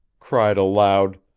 cried aloud,